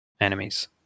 enemies